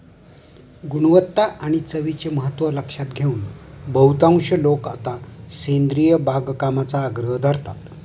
गुणवत्ता आणि चवीचे महत्त्व लक्षात घेऊन बहुतांश लोक आता सेंद्रिय बागकामाचा आग्रह धरतात